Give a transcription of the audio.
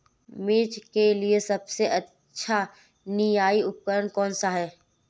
मिर्च के लिए सबसे अच्छा निराई उपकरण कौनसा है?